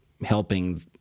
helping